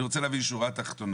אני רוצה להבין שורה תחתונה.